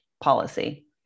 policy